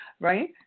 right